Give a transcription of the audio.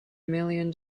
million